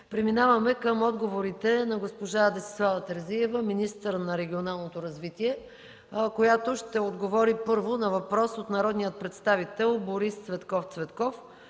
Преминаваме към отговорите на госпожа Десислава Терзиева – министър на регионалното развитие. Тя ще отговори първо на въпрос от народния представител Борис Цветков Цветков